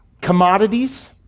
commodities